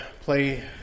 play